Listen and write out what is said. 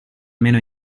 meno